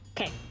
Okay